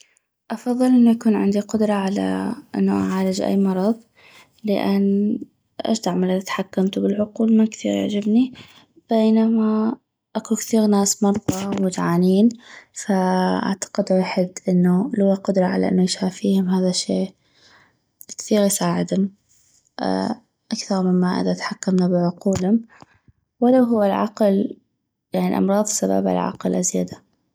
افضل انو يكون عندي قدرة انو اعالج اي مرض لان اش دعمل اذا اتحكمتو بالعقول ما كثيغ يعجبني بينما اكو كثيغ ناس مرضى و وجعانين فاعتقد ويحد انو لوا القدرة على انو يشافيهم هذا شي كثيغ يساعدم اكثغ مما اذا اتحكمنا بعقولم ولو هو العقل يعني امراض سببا العقل ازيدا